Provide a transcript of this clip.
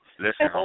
Listen